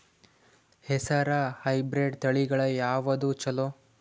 ಹೆಸರ ಹೈಬ್ರಿಡ್ ತಳಿಗಳ ಯಾವದು ಚಲೋ?